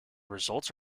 results